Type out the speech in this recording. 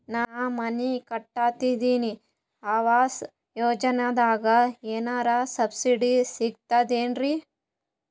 ನಾ ಮನಿ ಕಟಕತಿನಿ ಆವಾಸ್ ಯೋಜನದಾಗ ಏನರ ಸಬ್ಸಿಡಿ ಸಿಗ್ತದೇನ್ರಿ?